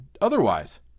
otherwise